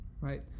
right